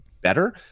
better